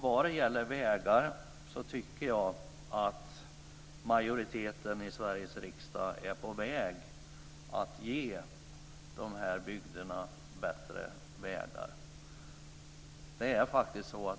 Vad gäller vägar tycker jag att majoriteten i Sveriges riksdag är på väg att ge bygderna bättre vägar.